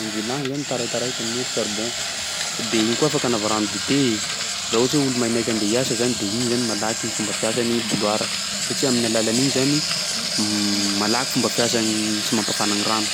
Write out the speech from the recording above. am'ville agny zany taritaraiky amin'ny hoe f- saribon. De iny koa afaka anava rano dite, raha ohatsy hoe olo maimaika andeha hiasa zany de igny zany malaky ny fomba fiasan'ny bouilloire satsia amin'ny alalan'igny zany malaky fomba fiasany sy mampafana gny rano.